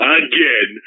again